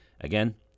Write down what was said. Again